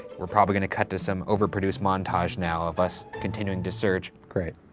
we're probably gonna cut to some overproduced montage now of us continuing to search. great.